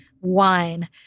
wine